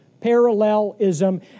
Parallelism